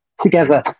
together